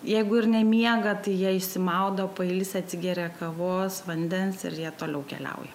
jeigu ir nemiega tai jie išsimaudo pailsi atsigeria kavos vandens ir jie toliau keliauja